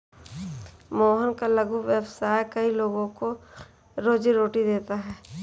मोहन का लघु व्यवसाय कई लोगों को रोजीरोटी देता है